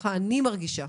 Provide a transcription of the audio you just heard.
ככה אני מרגישה.